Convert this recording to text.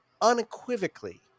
Unequivocally